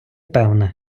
певна